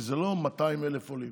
כי זה לא 200,000 עולים.